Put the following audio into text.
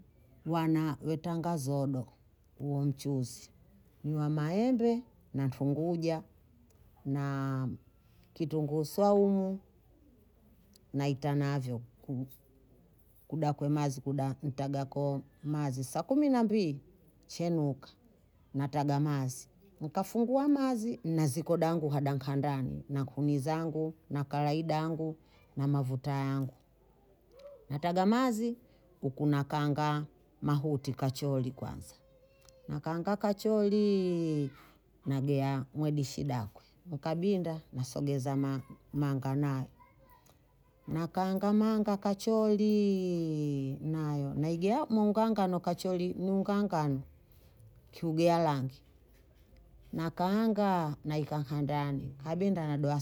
Wana wetanga zodo uo mchuzi. Nyuma mahebe, nanfungu uja, na kitu ngusuwa umu, na itanaveo kudakuwe mazi, kudatagako mazi. Sakuminambi, chenuka, nataga mazi. Nkafungu wa mazi, nazikodangu hadangkandani, na kunizangu, na kalaidangu, na mavutayangu. Nataga mazi, kukuna kanga mahuti kacholi kwanza. Na kanga kacholi, nagea mwedi shidakwe. Nkabinda, nasogeza manga nayo. Na kanga manga kacholiii, nayo. Na igia ungangano kacholi, ungangano kiugea langi. Na kanga naikangandani kabinda.